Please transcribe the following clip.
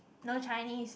no Chinese